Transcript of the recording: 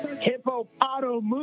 hippopotamus